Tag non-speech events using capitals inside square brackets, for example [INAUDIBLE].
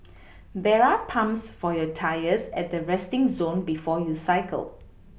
[NOISE] there are pumps for your tyres at the resting zone before you cycle